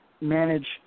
manage